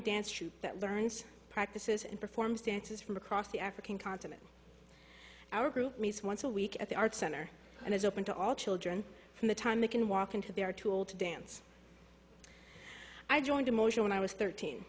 dance troupe that learns practices and performs dances from across the african continent our group meets once a week at the art center and is open to all children from the time they can walk into their tool to dance i joined a motion when i was thirteen